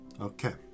Okay